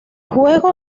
juego